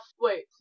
Wait